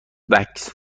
وکس